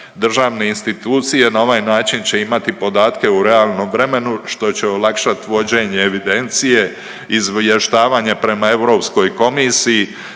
Državne institucije na ovaj način će imati podatke u realnom vremenu što će olakšati vođenje evidencije, izvještavanje prema Europskoj komisiji,